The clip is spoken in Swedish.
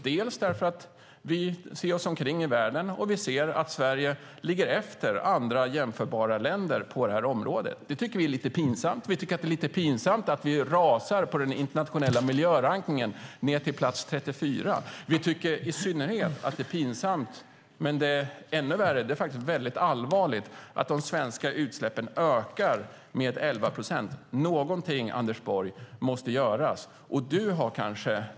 Det gör vi därför att vi ser oss omkring i världen och ser att Sverige ligger efter andra jämförbara länder på det här området. Det tycker vi är lite pinsamt. Vi tycker att det är lite pinsamt att vi rasar ned till plats 34 på den internationella miljörankningen. Vi tycker i synnerhet att det är pinsamt, men ännu värre, väldigt allvarligt, att de svenska utsläppen ökar med 11 procent. Någonting måste göras, Anders Borg.